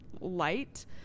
light